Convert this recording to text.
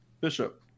Bishop